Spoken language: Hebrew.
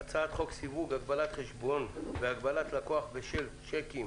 הצעת חוק סיוג הגבלת חשבון והגבלת לקוח בשל שיקים